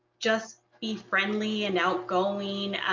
just be friendly and outgoing